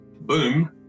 boom